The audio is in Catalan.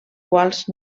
quals